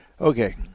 Okay